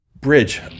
Bridge